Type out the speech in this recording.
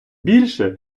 більше